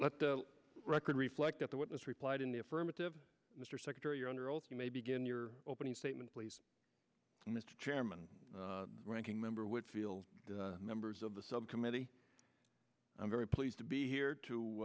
let the record reflect that the witness replied in the affirmative mr secretary under oath you may begin your opening statement please mr chairman ranking member whitfield members of the subcommittee i'm very pleased to be here